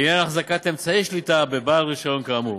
לעניין החזקת אמצעי שליטה בבעל רישיון כאמור